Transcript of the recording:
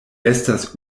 estas